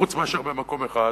חוץ מאשר במקום אחד,